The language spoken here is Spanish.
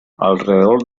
alrededor